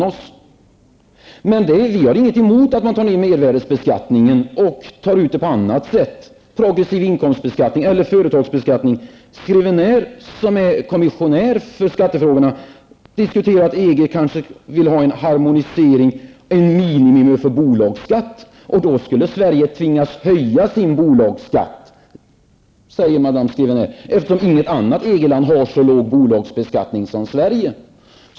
Vi i vänsterpartiet har ingenting emot att man sänker mervärdebeskattningen och tar igen på något annat sätt, t.ex. i form av progressiv inkomstbeskattning eller företagsbeskattning. Kommissionären för skattefrågorna har sagt att man inom EG kanske vill ha en harmonisering vad gäller bolagsbeskattningen, en minimigräns. Då skulle Sverige tvingas att höja sin bolagsskatt, eftersom inget EG-land har så låg bolagsbeskattning som Sverige.